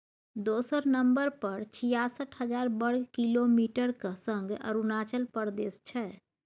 दोसर नंबर पर छियासठ हजार बर्ग किलोमीटरक संग अरुणाचल प्रदेश छै